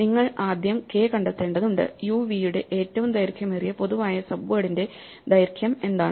നിങ്ങൾ ആദ്യം k കണ്ടെത്തേണ്ടതുണ്ട് uv യുടെ ഏറ്റവും ദൈർഘ്യമേറിയ പൊതുവായ സബ്വേഡിന്റെ ദൈർഘ്യം എന്താണ്